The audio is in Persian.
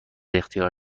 اختیار